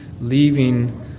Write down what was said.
leaving